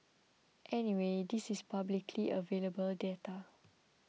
anyway this is publicly available data